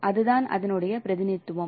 அதுதான் அதனுடைய பிரதிநிதித்துவம்